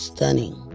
Stunning